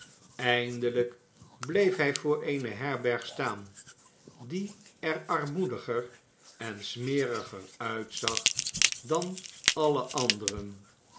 eindelijk bleef hij voor eene herberg staan die er armoediger en smeriger uitzag dan alle anderen